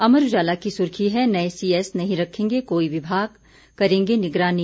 अमर उजाला की सुर्खी है नए सीएस नहीं रखेंगे कोई विभाग करेंगे निगरानी